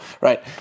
right